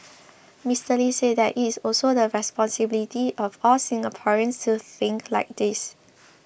Mister Lee said that it is also the responsibility of all Singaporeans to think like this